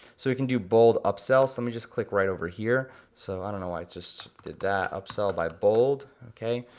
so we can do bold upsell, so let me just click right over here. so i don't know why it just did that. upsell by bold okay.